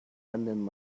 lending